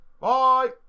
Bye